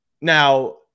Now